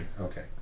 Okay